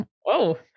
Whoa